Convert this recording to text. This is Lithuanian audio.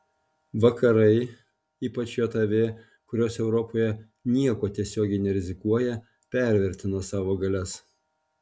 vakarai ypač jav kurios europoje niekuo tiesiogiai nerizikuoja pervertino savo galias